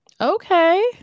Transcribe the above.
Okay